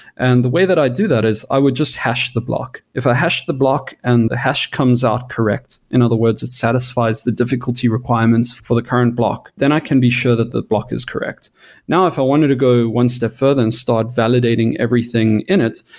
and the way that i do that is i would just hash the block. if i hashed the block and a hash comes out correct, in other words it satisfies the difficulty requirements for the current block, then i can be sure that the block is correct now if i wanted to go one step further and start validating everything in it,